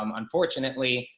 um unfortunately,